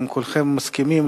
אם כולכם מסכימים,